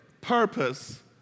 purpose